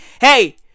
hey